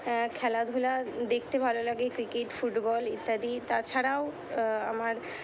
হ্যাঁ খেলাধুলা দেখতে ভালো লাগে ক্রিকেট ফুটবল ইত্যাদি তাছাড়াও আমার